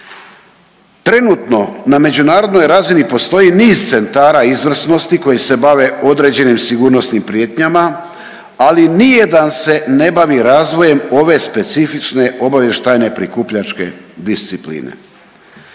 Trenutno na međunarodnoj razini postoji niz centara izvrsnosti koji se bave određenim sigurnosnim prijetnjama, ali ni jedan se ne bavi razvojem ove specifične obavještajne prikupljačke discipline.